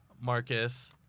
Marcus